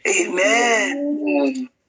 Amen